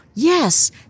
Yes